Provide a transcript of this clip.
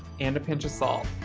and a pinch of salt.